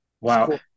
Wow